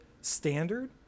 standard